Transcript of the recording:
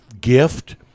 gift